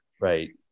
right